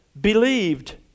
believed